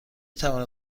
توانید